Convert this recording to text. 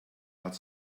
hat